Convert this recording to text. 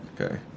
Okay